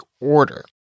order